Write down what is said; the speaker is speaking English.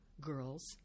girls